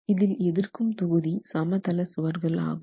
இதில் எதிர்க்கும் தொகுதி சமதள சுவர்கள் ஆகும்